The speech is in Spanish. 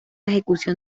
ejecución